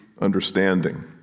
understanding